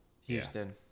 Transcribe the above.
Houston